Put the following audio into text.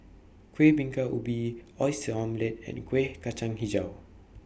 Kueh Bingka Ubi Oyster Omelette and Kuih Kacang Hijau